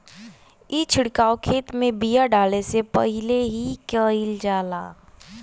ई छिड़काव खेत में बिया डाले से पहिले ही कईल जाला